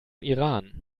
iran